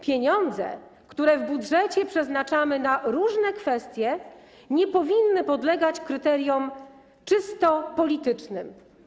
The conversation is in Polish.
Pieniądze, które w budżecie przeznaczamy na różne kwestie, nie powinny podlegać kryteriom czysto politycznym.